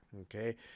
Okay